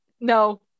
No